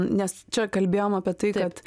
nes čia kalbėjom apie tai kad